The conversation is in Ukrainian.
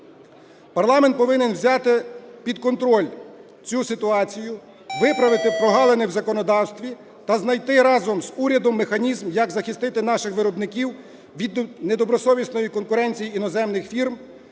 Парламент повинен взяти під контроль цю ситуацію, виправити прогалини в законодавстві та знайти разом з урядом механізм, як захистити наших виробників від недобросовісної конкуренції іноземних фірм,